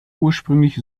ursprünglich